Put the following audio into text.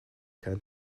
kein